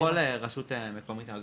בכל רשות מקומית יש